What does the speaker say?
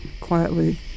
quietly